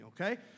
okay